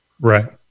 Right